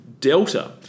Delta